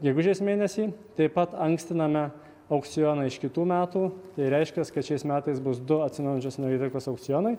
gegužės mėnesį taip pat ankstiname aukcioną iš kitų metų tai reiškias kad šiais metais bus du atsinaujinančios energetikos aukcionai